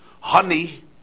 honey